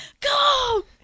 go